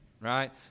right